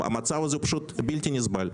המצב הזה פשוט בלתי נסבל.